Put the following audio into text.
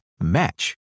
match